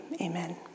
amen